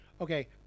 okay